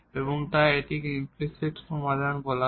এবং তাই এটিকে ইমপ্লিসিট সমাধান বলা হয়